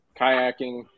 kayaking